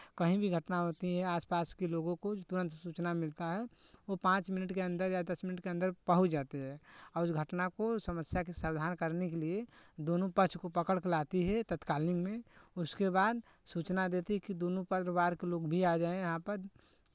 कहीं भी घटना होती है आस पास के लोगों को तुरंत सूचना मिलता है वो पाँच मिनट के अंदर या दस मिनट के अंदर पहुँच जाते है और उस घटना को समस्या के समाधान करने के लिए दोनों पक्ष को पकड़ के लाती है तात्कालीन में उसके बाद सूचना देती है कि दोनों परिवार के लोग भी आ जाएँ यहाँ पर